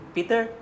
Peter